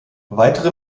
weitere